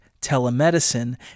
telemedicine